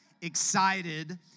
excited